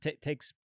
takes